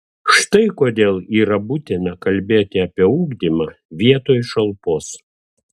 štai kodėl yra būtina kalbėti apie ugdymą vietoj šalpos